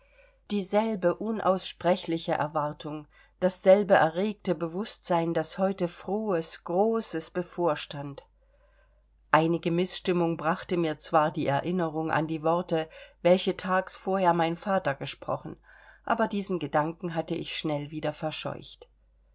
dieselbe unaussprechliche erwartung dasselbe erregte bewußtsein daß heute frohes großes bevorstand einige mißstimmung brachte mir zwar die erinnerung an die worte welche tags vorher mein vater gesprochen aber diesen gedanken hatte ich schnell wieder verscheucht